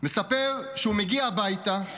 מספר שהוא מגיע הביתה,